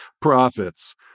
profits